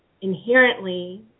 inherently